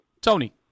Tony